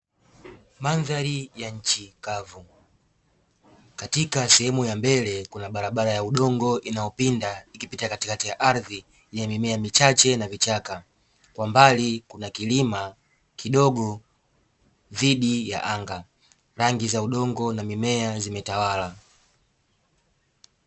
Mandhari ya nchi kavu Katika sehemu ya mbele kuna barabara ya udongo, inayopinda ikipita katikati ya ardhi yenye mimea michache na vichaka kwa mbali kuna kilima kidogo dhidi ya anga rangi za udongo na mimea zimetawala.